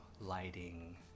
lighting